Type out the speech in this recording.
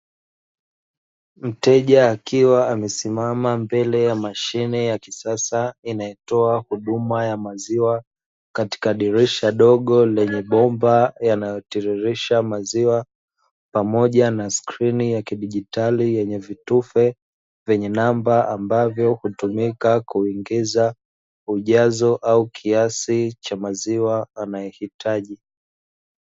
Mteja akiwa amesimama mbele ya mashine ya kisasa inayotoa huduma ya maziwa, katika dirisha dogo lenye bomba yanayotiririsha maziwa, pamoja na skrini ya kidigitali yenye vitufe, vyenye namba ambavyo hutumika kuingiza ujazo au kiasi cha maziwa anayohitaji.